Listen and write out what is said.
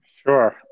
sure